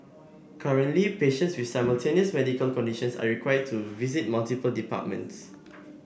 currently patients with simultaneous medical conditions are required to visit multiple departments